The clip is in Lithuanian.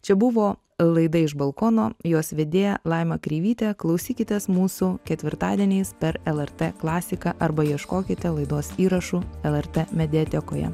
čia buvo laida iš balkono jos vedėja laima kreivytė klausykitės mūsų ketvirtadieniais per lrt klasiką arba ieškokite laidos įrašų lrt mediatekoje